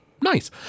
Nice